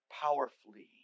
powerfully